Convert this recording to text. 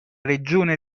regione